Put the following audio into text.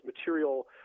material